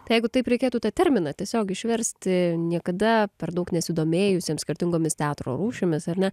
tai jeigu taip reikėtų tą terminą tiesiog išversti niekada per daug nesidomėjusiam skirtingomis teatro rūšimis ar ne